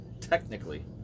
technically